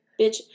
bitch